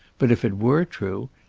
but if it were true,